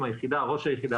ראש היחידה,